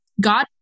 God